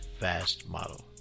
fastmodel